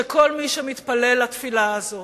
שכל מי שמתפלל את התפילה הזאת,